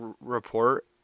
report